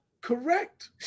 Correct